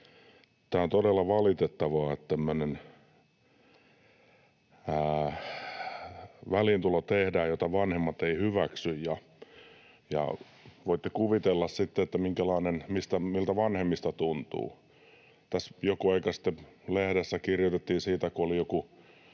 Tämä on todella valitettavaa, että tehdään tämmöinen väliintulo, jota vanhemmat eivät hyväksy, ja voitte kuvitella sitten, miltä vanhemmista tuntuu. Tässä joku aika sitten lehdessä kirjoitettiin siitä, kun joku